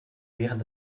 während